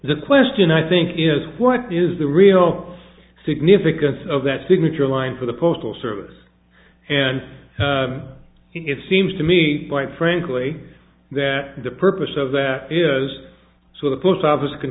the question i think is what is the real significance of that signature line for the postal service and it seems to me quite frankly that the purpose of that is so the post office can